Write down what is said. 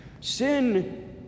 Sin